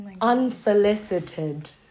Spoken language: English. Unsolicited